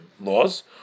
laws